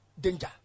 danger